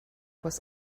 was